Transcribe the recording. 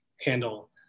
handle